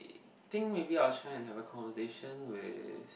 I think maybe I will try and have a conversation with